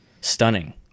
stunning